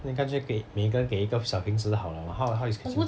then 干却给每一个人给一个瓶子好 liao 了 how how is this